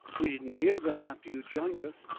we didn't hear them after you joined us.